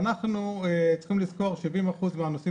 ואנחנו צריכים לזכור ש-70% מהנוסעים